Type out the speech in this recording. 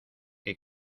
que